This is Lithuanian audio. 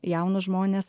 jaunus žmones